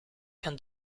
can